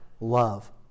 love